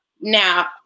Now